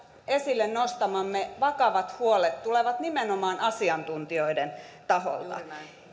esille nostamamme vakavat huolet tulevat nimenomaan asiantuntijoiden taholta